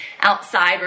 outside